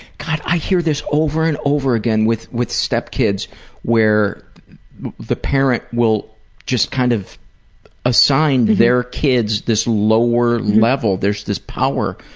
god, i hear this over and over again with with stepkids where the parent will kind of assign their kids this lower level, there's this power.